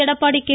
Edappadi K